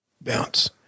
bounce